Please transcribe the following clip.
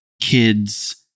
kids